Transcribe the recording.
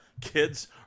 kids